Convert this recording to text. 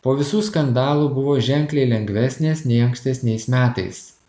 po visų skandalų buvo ženkliai lengvesnės nei ankstesniais metais